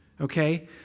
okay